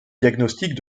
diagnostic